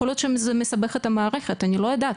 יכול להיות שזה מסבך את המערכת, אני לא יודעת.